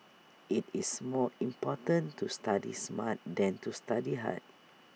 IT is more important to study smart than to study hard